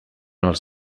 els